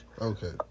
Okay